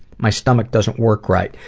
my stomach doesn't work right.